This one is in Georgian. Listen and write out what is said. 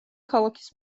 ქალაქის